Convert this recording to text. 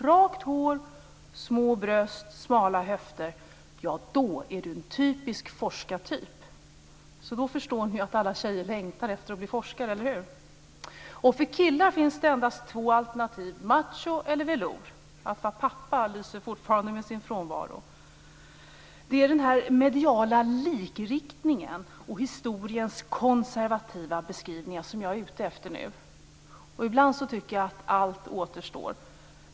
Rakt hår, små bröst, smala höfter - ja, då är du en typisk forskartyp! Nog förstår ni att alla tjejer längtar efter att bli forskare, eller hur? För killar finns endast två alternativ: macho eller velour. Att vara pappa lyser fortfarande med sin frånvaro. Det är den mediala likriktningen och historiens konservativa beskrivningar som jag är ute efter nu. Ibland tycker jag att allt återstår.